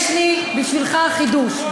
יש לי בשבילך חידוש,